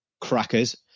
Crackers